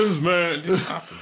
man